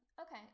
okay